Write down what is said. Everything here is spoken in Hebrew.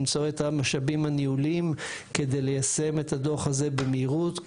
למצוא את המשאבים הניהוליים כדי ליישם את הדוח הזה במהירות,